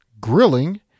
grilling